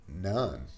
none